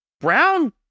Brown